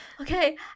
okay